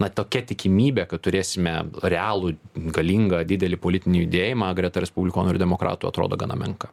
na tokia tikimybė kad turėsime realų galingą didelį politinį judėjimą greta respublikonų ir demokratų atrodo gana menka